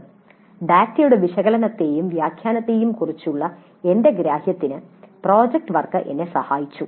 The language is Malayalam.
"ഡാറ്റയുടെ വിശകലനത്തെയും വ്യാഖ്യാനത്തെയും കുറിച്ചുള്ള എന്റെ ഗ്രാഹ്യത്തിന് പ്രോജക്റ്റ് വർക്ക് എന്നെ സഹായിച്ചു